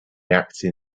actin